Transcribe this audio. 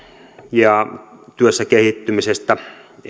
ja työssä kehittymisestä